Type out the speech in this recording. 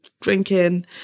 drinking